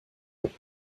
wurde